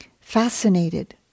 fascinated